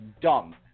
Dumb